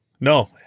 No